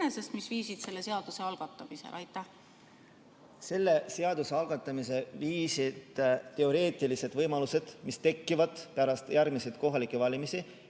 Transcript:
mis viisid selle seaduse algatamiseni? Selle seaduse algatamiseni viisid teoreetilised võimalused, mis tekivad pärast järgmisi kohalikke valimisi,